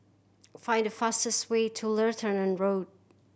find the fastest way to Lutheran Road